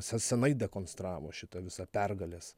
se senai dekonstravo šitą visą pergalės